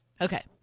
Okay